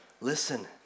listen